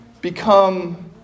become